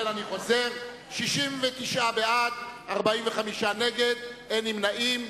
אני חוזר: 69 בעד, 45 נגד, אין נמנעים.